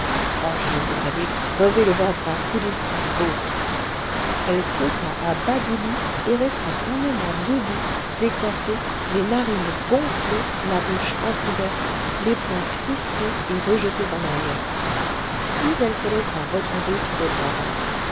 oh je voudrais lui crever le ventre à coups de sabot elle sauta à bas du lit et resta un moment debout décoiffée les narines gonflées la bouche entr'ouverte les poings crispés et rejetés en arrière puis elle se laissa retomber sur le grabat